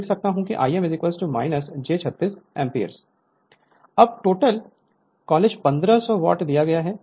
Refer Slide Time 1924 अब total college 1500 watt दिया जाता है